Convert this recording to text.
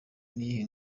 n’iyihe